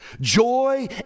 Joy